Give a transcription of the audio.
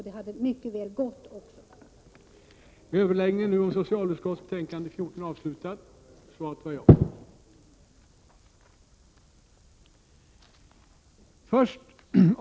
Det hade mycket väl gått att göra det.